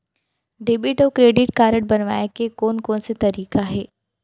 Debit अऊ credit card बनवाए के कोन कोन से तरीका हे?